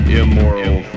immoral